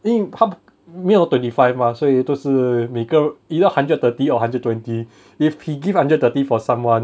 因为他不没有 twenty five mah 所以都是每个 either hundred thirty or hundred twenty if he give hundred thirty for someone